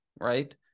right